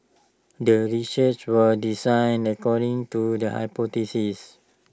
the research was designed according to the hypothesis